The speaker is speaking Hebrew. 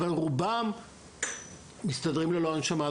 אבל רובם מסתדרים ללא הנשמה.